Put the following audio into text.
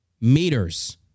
meters